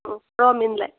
ம் கொடுவா மீனில்